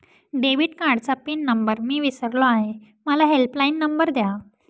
debit कार्डचा pin number मी विसरलो आहे मला हेल्पलाइन नंबर द्या